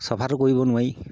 চফাটো কৰিব নোৱাৰি